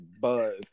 buzz